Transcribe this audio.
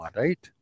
right